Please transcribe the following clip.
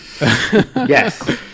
yes